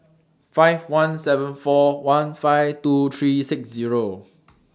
five one seven four one five two three six Zero